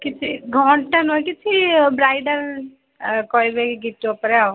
କିଛି ଘଣ୍ଟା ନୁହଁ କିଛି ବ୍ରାଇଡ଼ାଲ କହିବେ ଗିପ୍ଟ୍ ଉପରେ ଆଉ